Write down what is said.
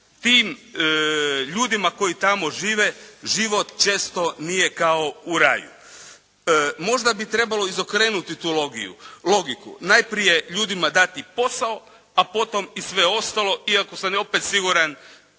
tim ljudima koji tamo žive život često nije kao u raju. Možda bi trebalo izokrenuti tu logiku. Najprije ljudima dati posao, a potom i sve ostalo, iako sam ja opet siguran